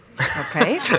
Okay